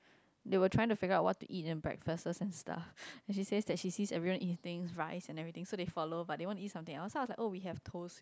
they will trying to figure what to eat and breakfast and stuff then she say that she see everyone eating rice and everything so they follow but they want to eat something else so I was like oh we have toast